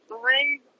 three